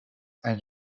and